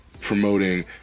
promoting